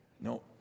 No